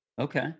Okay